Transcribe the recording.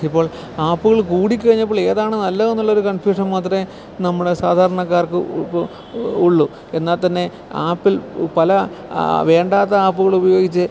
ഇപ്പോൾ ആപ്പുകൾ കൂടി കഴിഞ്ഞപ്പോൾ ഏതാണ് നല്ലതെന്നുള്ള ഒരു കൺഫ്യൂഷൻ മാത്രമേ നമ്മൾ സാധാരണക്കാർക്ക് ഉള്ളു എന്നാൽത്തന്നെ ആപ്പിൽ പല വേണ്ടാത്ത ആപ്പുകളുപയോഗിച്ച്